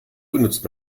benutzt